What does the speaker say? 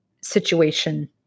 situation